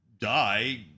die